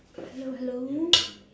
hello hello